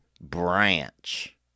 Branch